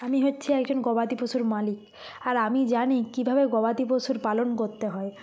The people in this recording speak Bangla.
আমি হচ্ছি একজন গবাদি পশুর মালিক আর আমি জানি কীভাবে গবাদি পশুর পালন করতে হয়